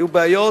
היו בעיות,